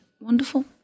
wonderful